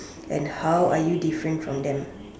and how are you different from them